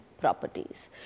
properties